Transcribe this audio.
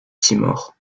timor